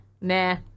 Nah